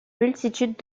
multitude